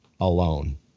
alone